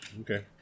Okay